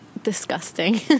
disgusting